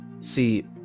See